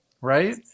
Right